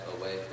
away